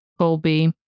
Colby